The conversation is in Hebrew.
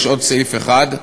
יש עוד סעיף אחד,